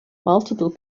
multiple